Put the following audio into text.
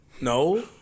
No